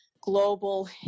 global